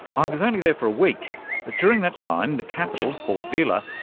i was only there for a week, but during that time the capital, port villa,